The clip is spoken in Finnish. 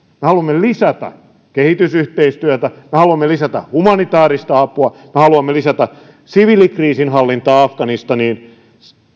haluamme lisätä kehitysyhteistyötä me haluamme lisätä humanitaarista apua me haluamme lisätä siviilikriisinhallintaa afganistaniin